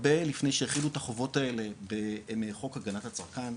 הרבה לפני שהחילו את החובות האלה בחוק הגנת הצרכן,